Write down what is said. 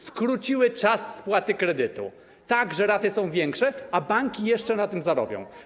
Skróciły czas spłaty kredytu, tak że raty są większe, a banki jeszcze na tym zarobią.